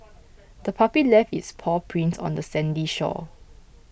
the puppy left its paw prints on the sandy shore